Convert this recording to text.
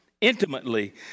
intimately